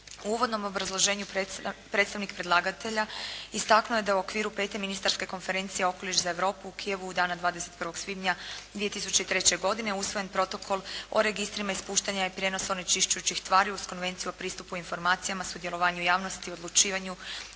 uvodnom obrazloženju predstavnik predlagatelja istaknuo je da u okviru 5. ministarske konvencije "Okoliš za Europu" u Kijevu dana 21. svibnja 2003. godine usvojen Protokol o registrima ispuštanja i prijenosa onečišćujućih tvari uz Konvenciju o pristupu informacijama, sudjelovanju javnosti u odlučivanju